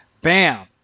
bam